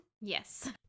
Yes